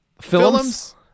Films